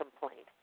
complaint